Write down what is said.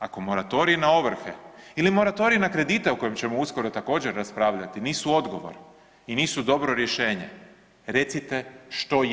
Ako moratorij na ovrhe ili moratorij na kredite o kojem ćemo uskoro također raspravljati nisu odgovor i nisu dobro rješenje recite što je.